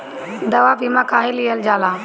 दवा बीमा काहे लियल जाला?